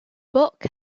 book